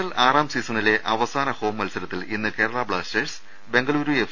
L ആറാം സീസണിലെ അവസാന ഹോം മത്സരത്തിൽ ഇന്ന് കേരളാ ബ്ലാസ്റ്റേഴ്സ് ബംഗളുരു എഫ്